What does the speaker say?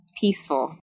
peaceful